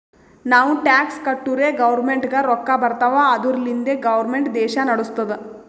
ನಾವು ಟ್ಯಾಕ್ಸ್ ಕಟ್ಟುರೇ ಗೌರ್ಮೆಂಟ್ಗ ರೊಕ್ಕಾ ಬರ್ತಾವ್ ಅದುರ್ಲಿಂದೆ ಗೌರ್ಮೆಂಟ್ ದೇಶಾ ನಡುಸ್ತುದ್